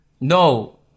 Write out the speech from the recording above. No